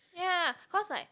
ya cause like